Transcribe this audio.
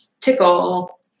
tickle